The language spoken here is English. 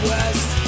West